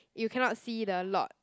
you cannot see the lot